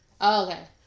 Okay